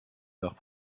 nach